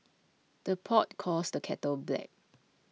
the pot calls the kettle black